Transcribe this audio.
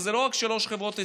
וזה לא רק שלוש חברות ישראליות,